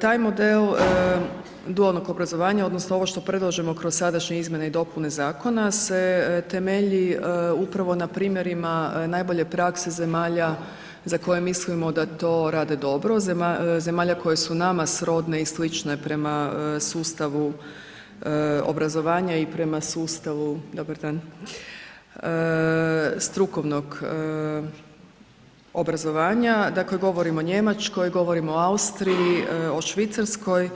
Taj model dualnog obrazovanja odnosno ovo što predlažemo kroz sadašnje izmjene i dopune zakona se temelji upravo na primjerima najbolje prakse zemalja za koje mislimo da to rade dobro, zemalja koje su nama srodne i slične prema sustavu obrazovanja i prema sustavu, dobar dan, strukovnog obrazovanja, dakle govorim o Njemačkoj, govorim o Austriji, o Švicarskoj,